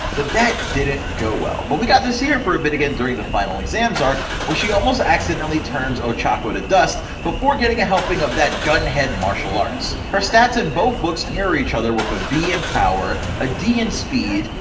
but that didn't go well, but we got to see her for a bit again during the final exams arc, where she almost accidentally turns ochako to dust, before getting a helping of that gunhead martial arts! her stats in both books mirror eachother, with a b in power, ah d in speed,